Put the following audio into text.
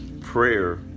prayer